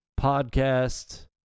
podcast